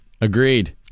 Agreed